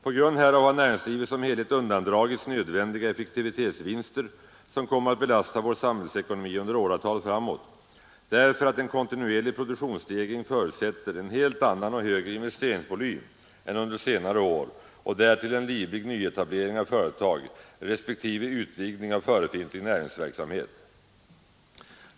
På grund härav har näringslivet som helhet undandragits nödvändiga effektivitetsvinster, vilket kommer att belasta vår samhällsekonomi under åratal framåt, därför att en kontinuerlig produktivitetsstegring förutsätter en helt annan och högre investeringsvolym än under senare år och därtill en livlig nyetablering av företag respektive utvidgning av förefintlig näringsverksamhet.